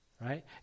Right